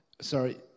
Sorry